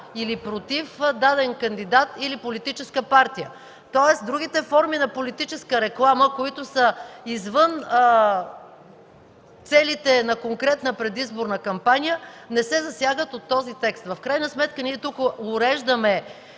или „против” даден кандидат или политическа партия, тоест другите форми на политическа реклама, които са извън целите на конкретна предизборна кампания, не се засягат от този текст. В крайна сметка ние тук уреждаме